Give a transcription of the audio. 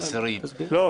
אסירים -- לא,